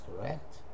correct